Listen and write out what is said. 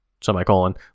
semicolon